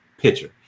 pitcher